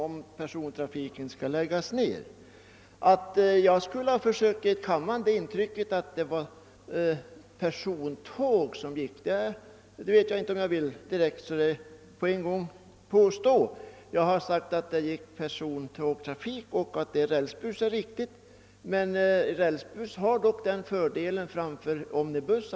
Jag vill inte helt vidgå att jag skulle ha försökt ge kammaren det intrycket att det bara var persontåg som gick på denna bandel. Jag har sagt att det går persontrafik på den järnvägen, och det är riktigt att den sker med rälsbuss.